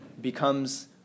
becomes